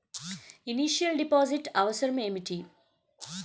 Initial deposit అవసరం ఏమిటి?